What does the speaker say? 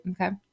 Okay